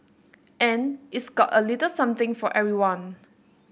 and it's got a little something for everyone